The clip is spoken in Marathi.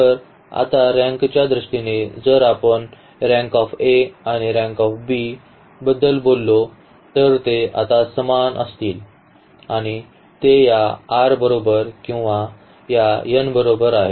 तर आता रँकच्या दृष्टीने जर आपण रँक आणि रँक बद्दल बोललो तर ते आता समान असतील आणि ते या r बरोबर किंवा या n बरोबर आहे